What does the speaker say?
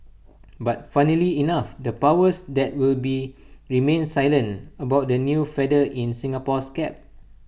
but funnily enough the powers that would be remained silent about the new feather in Singapore's cap